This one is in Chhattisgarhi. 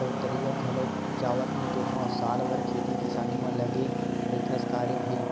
गवतरई घलोक जावत नइ देंखव साल भर खेती किसानी म लगे रहिथस का रे भई?